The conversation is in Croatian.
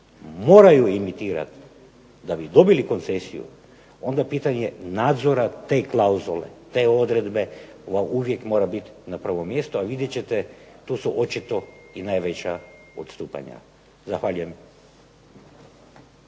moraju emitirati da bi dobili koncesiju onda pitanje je nadzora te klauzule, te odredbe uvijek mora biti na prvom mjestu a vidjet ćete tu su očito i najveća odstupanja. Zahvaljujem.